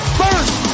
first